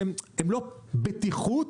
שהם לא בטיחות,